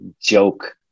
joke